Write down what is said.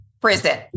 Prison